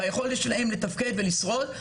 ביכולת שלהם לתפקד ולשרוד.